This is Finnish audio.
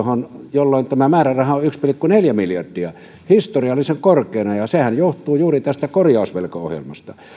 jolloin tämä määräraha on yksi pilkku neljä miljardia historiallisen korkeana ja sehän johtuu juuri tästä korjausvelkaohjelmasta